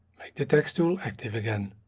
the text tool active again.